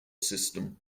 system